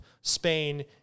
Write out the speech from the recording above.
Spain